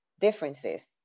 differences